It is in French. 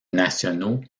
nationaux